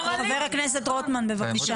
חבר הכנסת רוטמן, בבקשה.